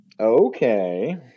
Okay